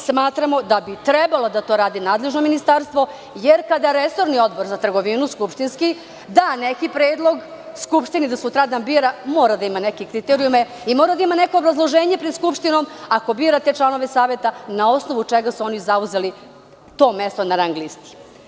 Smatramo da bi to trebalo da radi nadležno ministarstvo, jer kada resorni Odbor za trgovinu da neki predlog Skupštini da sutradan bira, mora da ima neke kriterijume i mora da ima neko obrazloženje pred Skupštinom ako bira te članove Saveta, na osnovu čega su oni zauzeli to mesto na rang listi.